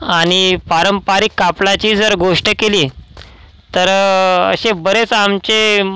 आणि पारंपरिक कापडाची जर गोष्ट केली तर असे बरेच आमचे